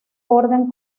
orden